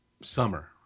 summer